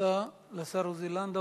תודה לשר עוזי לנדאו.